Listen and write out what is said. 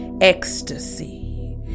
ecstasy